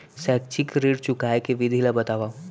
शैक्षिक ऋण चुकाए के विधि ला बतावव